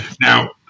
Now